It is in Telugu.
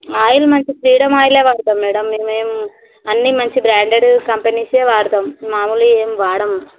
ఆయిల్ మంచి ఫ్రీడమ్ ఆయిలే వాడతాము మేడం మేము ఏమీ అన్నీ మంచి బ్రాండెడ్ కంపెనీస్వి ఏ వాడూతాము మామూలివి ఏమీ వాడము